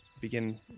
Begin